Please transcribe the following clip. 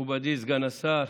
מכובדי סגן השר,